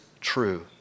true